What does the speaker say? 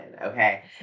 okay